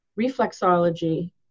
reflexology